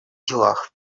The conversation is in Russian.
делах